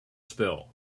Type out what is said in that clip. spill